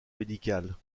médicales